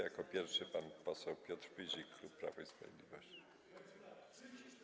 Jako pierwszy pan poseł Piotr Pyzik, klub Prawo i Sprawiedliwość.